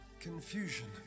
confusion